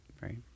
Right